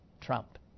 Trump